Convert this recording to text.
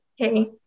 Okay